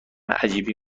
عجیبی